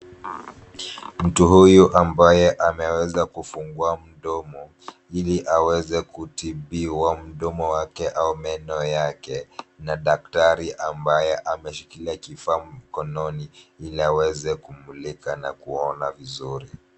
Mtu huyu ambaye ameweza kufungua mdomo ili aweze kutibiwa mdomo wake au meno yake na daktari ambaye ameshikilia kifaa mkononi ili aweze kumulika na kuona vizuri.